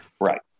Right